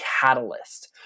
catalyst